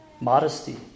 modesty